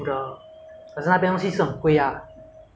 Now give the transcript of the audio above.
半个小时华语还是半个小时英文讲 ah